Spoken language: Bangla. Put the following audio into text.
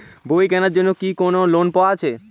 বই কেনার জন্য কি কোন লোন আছে?